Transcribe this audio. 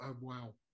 wow